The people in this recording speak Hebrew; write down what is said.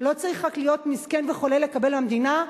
לא צריך רק להיות מסכן וחולה לקבל מהמדינה,